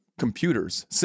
computers